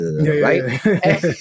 right